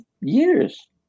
years